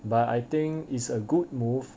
but I think is a good move